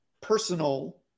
personal